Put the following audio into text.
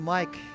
Mike